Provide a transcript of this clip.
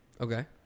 Okay